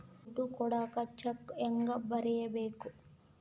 ದುಡ್ಡು ಕೊಡಾಕ ಚೆಕ್ ಹೆಂಗ ಬರೇಬೇಕು?